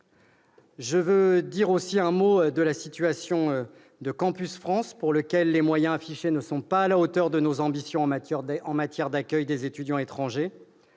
Je dirai aussi un mot de la situation de Campus France, pour lequel les moyens affichés ne sont pas à la hauteur de nos ambitions en matière d'accueil des étudiants étrangers.